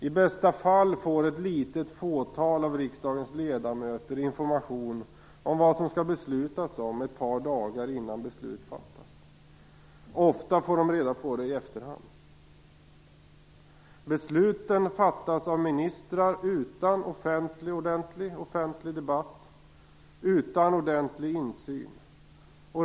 I bästa fall får ett litet fåtal av riksdagens ledamöter information om vad det skall beslutas om ett par dagar innan beslut fattas, och ofta får de reda på det i efterhand. Besluten fattas av ministrar, utan någon offentlig debatt och utan ordentlig insyn.